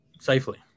safely